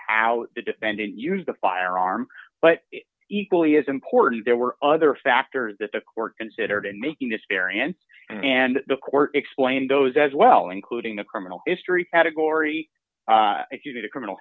how the defendant used the firearm but equally as important there were other factors that the court considered in making this area and the court explained those as well including a criminal history category if you did a criminal